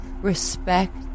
respect